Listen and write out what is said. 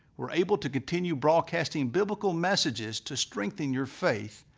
are able to continue broadcasting biblical messages to strengthen your faith,